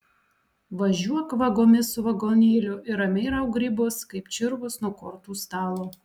važiuok vagomis su vagonėliu ir ramiai rauk grybus kaip čirvus nuo kortų stalo